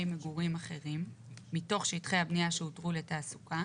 מגורים אחרים מתוך שטחי הבנייה שהותרו לתעסוקה,